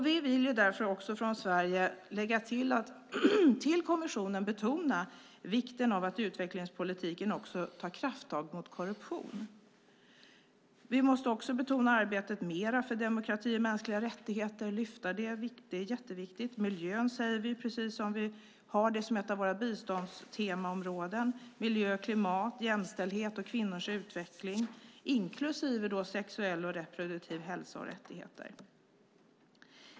Vi vill därför från Sverige lägga till att för kommissionen betona vikten av att utvecklingspolitiken också tar krafttag mot korruption. Vi måste också betona arbetet för demokrati och mänskliga rättigheter mer. Det är jätteviktigt att lyfta fram det. Vi nämner miljön, precis som vi har det som ett av våra biståndstemaområden, miljö och klimat samt jämställdhet och kvinnors utveckling, inklusive sexuell och reproduktiv hälsa och rättigheter.